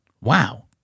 Wow